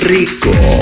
Rico